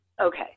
Okay